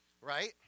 right